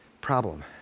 problem